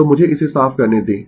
तो मुझे इसे साफ करने दें